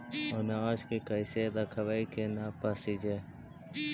अनाज के कैसे रखबै कि न पसिजै?